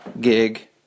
gig